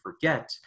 forget